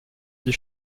die